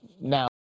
now